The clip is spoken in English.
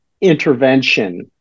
intervention